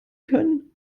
können